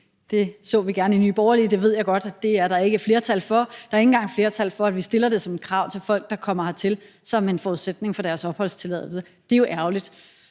Det så vi gerne i Nye Borgerlige, men det ved jeg godt at der ikke er flertal for; der er ikke engang flertal for, at vi stiller det som et krav til folk, der kommer hertil, som en forudsætning for deres opholdstilladelse. Det er jo ærgerligt,